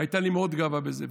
הייתה לי גאווה גדולה בזה.